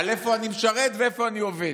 על איפה אני משרת ואיפה אני עובד.